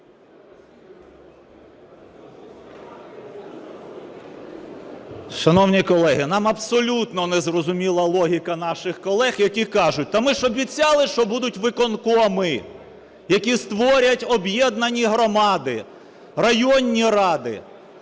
Шановні колеги, нам абсолютно незрозуміла логіка наших колег, які кажуть: та ми ж обіцяли, що будуть виконкоми, які створять об'єднані громади, районні ради.